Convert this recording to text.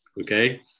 okay